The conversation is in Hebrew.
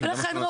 לכן,